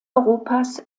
europas